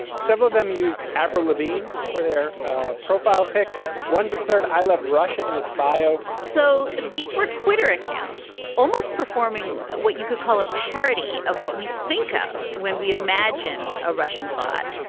several of them used avril levine for their ah profile. pic one declared, i love russia in its bio so these were twitter accounts almost performing what you could call a parody of what we think of when we imagine a russian bot.